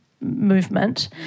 movement